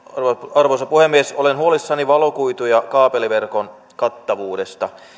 arvoisa puhemies olen huolissani valokuitu ja kaapeliverkon kattavuudesta